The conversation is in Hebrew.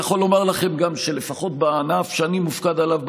אני יכול לומר לכם שלפחות בענף שאני מופקד עליו,